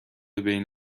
بین